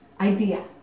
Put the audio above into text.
idea